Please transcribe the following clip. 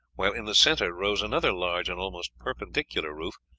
while in the centre rose another large and almost perpendicular roof,